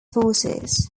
forces